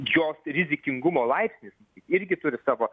jos rizikingumo laipsnis irgi turi savo